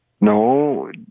No